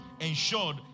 ensured